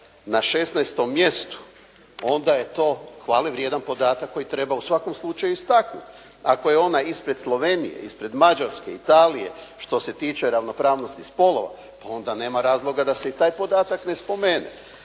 na 16. mjestu onda je to hvale vrijedan podatak koji treba u svakom slučaju istaknuti. Ako je ona ispred Slovenije, ispred Mađarske, Italije što se tiče ravnopravnosti spolova, pa ona nema razloga da se i taj podatak ne spomene.